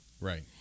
Right